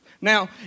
Now